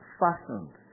fashioned